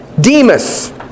Demas